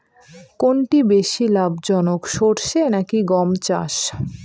কোনটি বেশি লাভজনক সরষে নাকি গম চাষ?